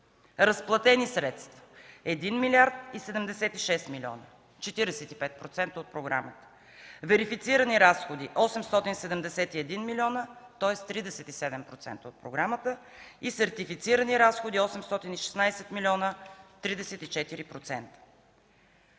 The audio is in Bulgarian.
разплатени средства: 1 млрд. 76 милиона, 45% от програмата; верифицирани разходи: 871 милиона, тоест 37% от програмата, и сертифицирани разходи 816 милиона – 34%.